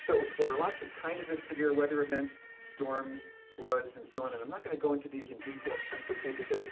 so there are lots of kinds of severe weather events, storms, floods, and so on. and i'm not going to go into these in detail, principally because